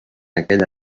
aquella